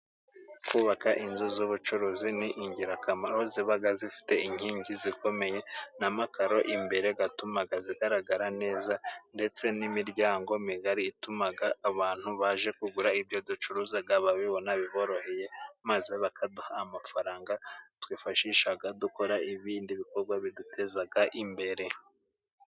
Kubaka inzu z'ubucuruzi ni ingirakamaro ziba zifite inkingi zikomeye n'amakaro imbere yatuma zigaragara neza ndetse n'imiryango migari ituma abantu baje kugura ibyo ducuruza, babibona biboroheye maze bakaduha amafaranga twifashisha dukora ibindi bikorwa biduteza imbere.